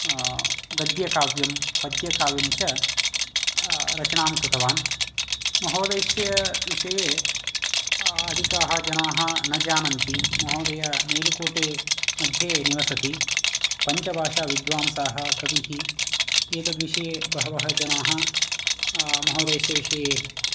गद्यकाव्यं पद्यकाव्यं च रचनां कृतवान् महोदयस्य विषये अधिकाः जनाः न जानन्ति महोदय मेलकोटे मध्ये निवसति पञ्चभाषाविद्वांसाः कविः एतद्विषये बहवः जनाः महोदयस्य विषये